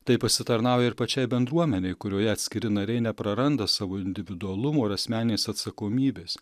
tai pasitarnauja ir pačiai bendruomenei kurioje atskiri nariai nepraranda savo individualumo ir asmeninės atsakomybės